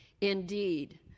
Indeed